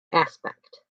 aspect